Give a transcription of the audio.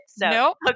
Nope